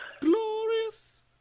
Glorious